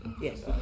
Yes